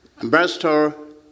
Ambassador